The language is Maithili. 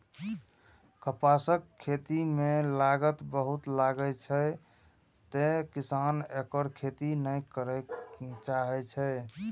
कपासक खेती मे लागत बहुत लागै छै, तें किसान एकर खेती नै करय चाहै छै